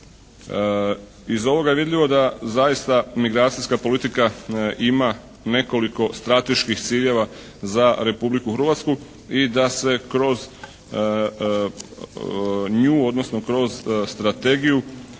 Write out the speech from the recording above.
Iz ovoga je vidljivo da zaista migracijska politika ima nekoliko strateških ciljeva za Republiku Hrvatsku i da se kroz nju, odnosno kroz Strategiju